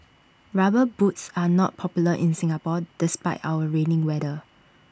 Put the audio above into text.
rubber boots are not popular in Singapore despite our rainy weather